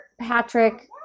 Patrick